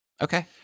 Okay